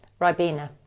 Ribena